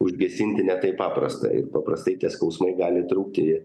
užgesinti ne taip paprasta ir paprastai tie skausmai gali trukti